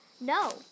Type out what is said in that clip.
No